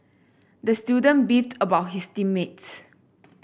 the student beefed about his team mates